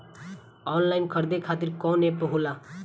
Online खरीदे खातीर कौन एप होला?